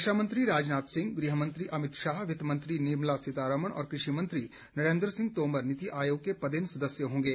रक्षा मंत्री राजनाथ सिंह गृहमंत्री अमित शाह वित्त मंत्री निर्मला सीतारामन और कृषि मंत्री नरेन्द्र सिंह तोमर नीति आयोग के पदेन सदस्य होंगे